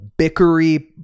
bickery